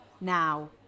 Now